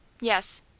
Yes